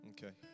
Okay